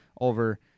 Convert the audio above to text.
over